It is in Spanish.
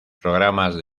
programas